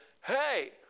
hey